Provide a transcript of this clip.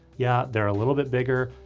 yeah, they're a little bit bigger,